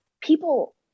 people